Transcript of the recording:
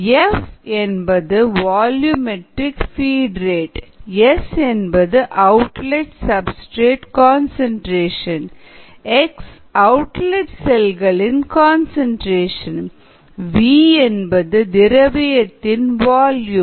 F என்பது volumetric feed rate S என்பது outlet substrate concentration x outlet செல்களின் concentration V என்பது திரவியத்தின் வால்யூம்